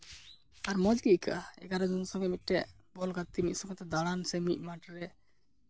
ᱟᱨ ᱢᱚᱡᱽ ᱜᱮ ᱟᱹᱭᱠᱟᱹᱜᱼᱟ ᱮᱜᱟᱨᱳ ᱡᱚᱱ ᱥᱚᱸᱜᱮ ᱢᱤᱫᱴᱮᱱ ᱵᱚᱞ ᱜᱟᱛᱮᱜ ᱢᱤᱫ ᱥᱚᱸᱜᱮ ᱛᱮ ᱫᱟᱬᱟᱱ ᱥᱮ ᱢᱤᱫ ᱢᱟᱴᱷ ᱨᱮ